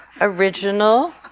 original